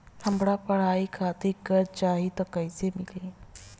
हमरा पढ़ाई खातिर कर्जा चाही त कैसे मिली?